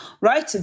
right